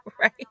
right